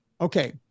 okay